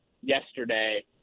yesterday